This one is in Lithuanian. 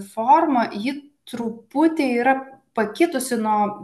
forma ji truputį yra pakitusi nuo